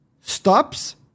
stops